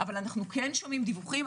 אבל אנו כן שומעים את הדיווחים.